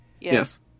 Yes